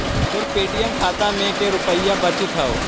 तोर पे.टी.एम खाता में के रुपाइया बचित हउ